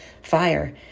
fire